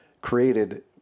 created